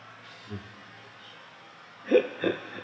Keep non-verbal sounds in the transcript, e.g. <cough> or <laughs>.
<laughs>